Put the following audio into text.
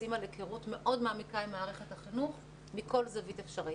מבוססים על היכרות מאוד מעמיקה עם מערכת החינוך מכל זווית אפשרית,